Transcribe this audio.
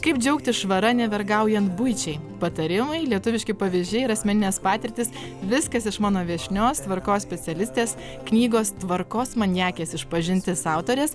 kaip džiaugtis švara nevergaujant buičiai patarimai lietuviški pavyzdžiai ir asmeninės patirtys viskas iš mano viešnios tvarkos specialistės knygos tvarkos maniakės išpažintis autorės